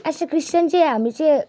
as a क्रिस्तान चाहिँ हामी चाहिँ